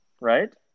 right